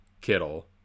Kittle